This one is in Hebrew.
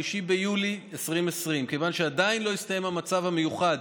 3 ביולי 2020. כיוון שעדיין לא הסתיים המצב המיוחד